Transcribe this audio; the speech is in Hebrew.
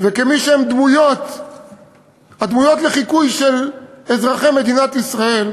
וכמי שהם הדמויות לחיקוי של אזרחי מדינת ישראל,